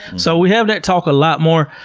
so we have that talk a lot more.